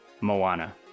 Moana